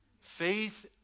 Faith